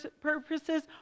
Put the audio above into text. purposes